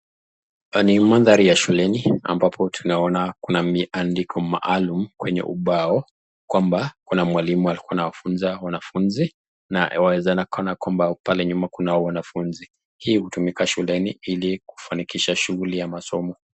Ni mandhari ya shuleni ambapo tunaona kuna miandiko maalum kwenye ubao kwamba kuna mwalimu alikuwa anawafunza wanafunzi na waweza naona kwamba pale nyuma kuna wanafunzi. Hii hutumika shuleni ili kufanikisha shughuli ya masomo.